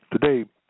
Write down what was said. today